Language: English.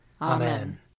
Amen